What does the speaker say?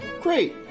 Great